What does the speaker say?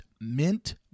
Mint